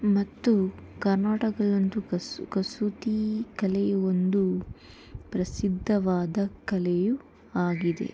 ಮತ್ತು ಕರ್ನಾಟಕಲ್ಲಂತೂ ಕಸು ಕಸೂತಿ ಕಲೆಯು ಒಂದು ಪ್ರಸಿದ್ಧವಾದ ಕಲೆಯೂ ಆಗಿದೆ